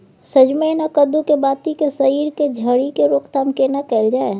सजमैन आ कद्दू के बाती के सईर के झरि के रोकथाम केना कैल जाय?